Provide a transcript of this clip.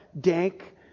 dank